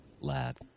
Lad